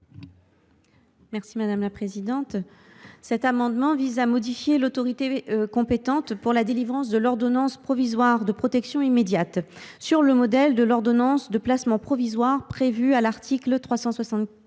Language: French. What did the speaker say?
Corbière Naminzo. Cet amendement vise à modifier l’autorité compétente pour la délivrance de l’ordonnance provisoire de protection immédiate, sur le modèle de l’ordonnance de placement provisoire prévue à l’article 375